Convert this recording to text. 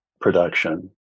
production